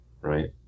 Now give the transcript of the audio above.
Right